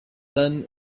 then